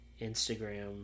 Instagram